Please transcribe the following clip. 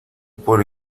por